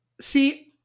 See